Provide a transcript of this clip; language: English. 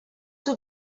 two